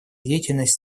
деятельность